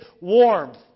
warmth